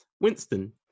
Winston